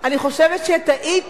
אני חושבת שטעיתי